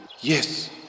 Yes